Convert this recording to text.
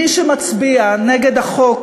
מי מצביע נגד החוק